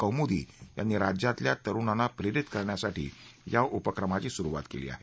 कोंमुदी यांनी राज्यातल्या तरुणांना प्रेरीत करण्यासाठी ह्या उपक्रमाची सुरुवात केली आहे